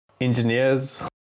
engineers